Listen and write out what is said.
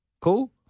Cool